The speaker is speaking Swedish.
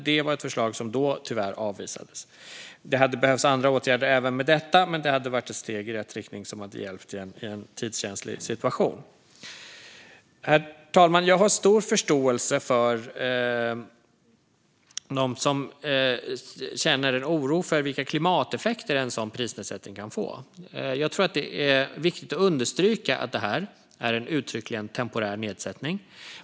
Det var ett förslag som då tyvärr avvisades. Det hade behövts andra åtgärder även med detta. Men det var ett steg i rätt riktning som hade hjälpt i en tidskänslig situation. Herr talman! Jag har stor förståelse för dem som känner en oro för vilka klimateffekter en sådan prisnedsättning kan få. Jag tror att det är viktigt att understryka att det här är en uttryckligen temporär nedsättning.